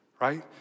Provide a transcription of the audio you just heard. right